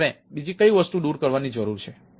હવે આપણે બીજી કઈ વસ્તુ દૂર કરવાની જરૂર છે